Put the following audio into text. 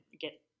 get